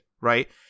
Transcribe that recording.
right